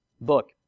book